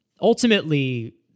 ultimately